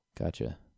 gotcha